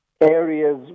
areas